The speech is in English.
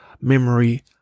memory